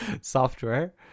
software